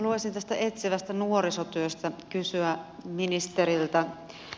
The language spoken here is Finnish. haluaisin tästä etsivästä nuorisotyöstä kysyä ministeriltä